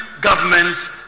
government's